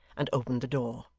and opened the door.